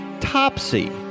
topsy